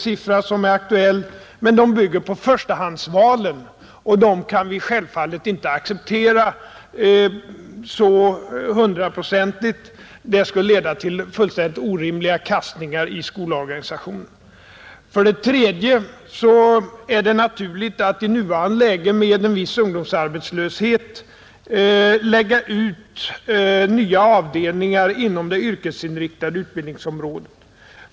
Talet 700 bygger på förstahandsvalen, och dessa kan vi självfallet inte hundraprocentigt acceptera. Det skulle leda till orimliga kastningar i skolorganisationen. För det tredje är det i nuvarande läge med viss ungdomsarbetslöshet naturligt att lägga ut nya avdelningar inom det yrkesinriktade utbildningsområdet.